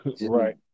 Right